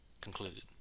concluded